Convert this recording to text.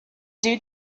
due